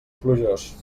plujós